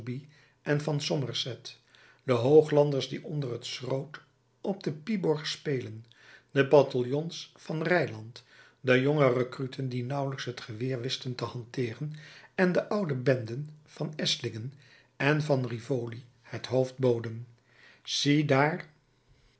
en van somerset de hooglanders die onder het schroot op de pibroch spelen de bataljons van rylandt de jonge recruten die nauwelijks het geweer wisten te hanteeren en de oude benden van esslingen en van rivoli het hoofd boden ziedaar